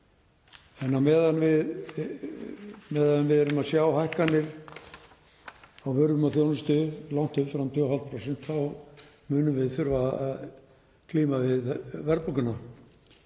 á meðan við erum að sjá hækkanir á vörum og þjónustu langt umfram 2,5% þá munum við þurfa að glíma við verðbólguna.